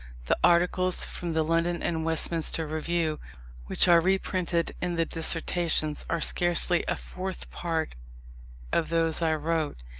the articles from the london and westminster review which are reprinted in the dissertations, are scarcely a fourth part of those i wrote.